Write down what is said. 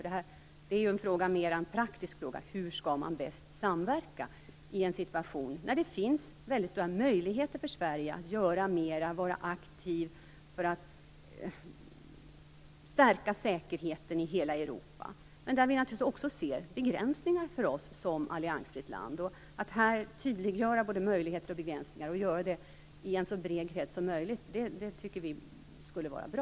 Det här är mest en praktisk fråga: Hur skall man bäst samverka i en situation där det finns väldigt stora möjligheter för Sverige att göra mer, att vara med och aktivt stärka säkerheten i hela Europa, men där vi naturligtvis också ser begränsningar för oss som alliansfritt land? Att här tydliggöra både möjligheter och begränsningar, och göra det i en så bred krets som möjligt, tycker vi skulle vara bra.